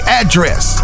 address